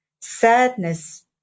sadness